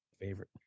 Favorite